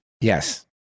Yes